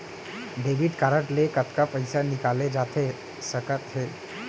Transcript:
Debit card ले कतका पइसा निकाले जाथे सकत हे?